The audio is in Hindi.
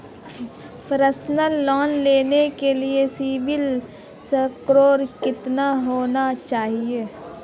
पर्सनल लोंन लेने के लिए सिबिल स्कोर कितना होना चाहिए?